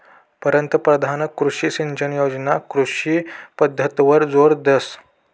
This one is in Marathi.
पंतपरधान कृषी सिंचन योजना कृषी पद्धतवर जोर देस